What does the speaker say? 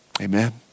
Amen